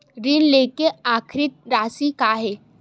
ऋण लेके आखिरी राशि का हे?